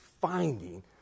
finding